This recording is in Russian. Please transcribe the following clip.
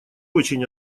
очень